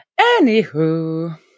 Anywho